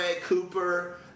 Cooper